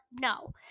no